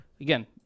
again